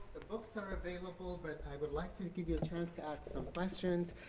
books are available but i would like to give you chance to ask some questions.